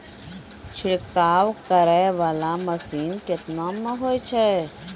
छिड़काव करै वाला मसीन केतना मे होय छै?